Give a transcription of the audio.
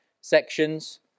sections